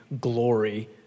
glory